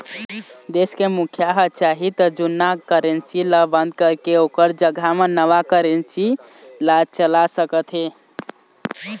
देश के मुखिया ह चाही त जुन्ना करेंसी ल बंद करके ओखर जघा म नवा करेंसी ला चला सकत हे